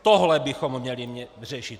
Tohle bychom měli řešit.